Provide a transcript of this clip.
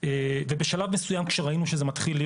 ובשלב מסוים,